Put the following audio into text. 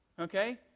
Okay